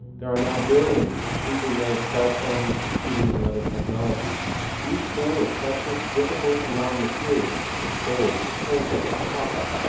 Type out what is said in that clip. there are now billions of cheaply made cell phones, computers and other technology each full of precious, difficult to mine materials such as gold, coltan, copper,